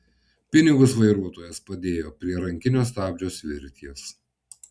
pinigus vairuotojas padėjo prie rankinio stabdžio svirties